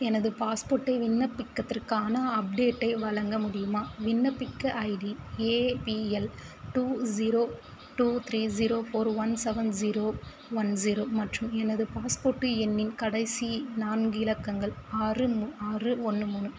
எனது பாஸ்போர்ட்டை விண்ணப்பிக்கத்திற்கான அப்டேட்டை வழங்க முடியுமா விண்ணப்பிக்க ID A B L two zero two three zero four one seven zero one zero மற்றும் எனது பாஸ்போர்ட் எண்ணின் கடைசி நான்கு இலக்கங்கள் ஆறு ஆறு ஒன்று மூணு